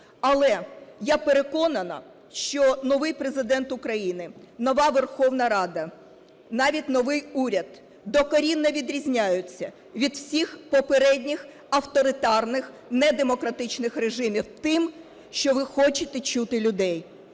Але, я переконана, що новий Президент України, нова Верховна Рада, навіть новий уряд докорінно відрізняються від всіх попередніх авторитарних, недемократичних режимів тим, що ви хочете чути людей.